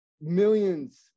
millions